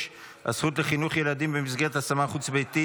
6) (הזכות לחינוך לילדים במסגרת השמה חוץ-ביתית),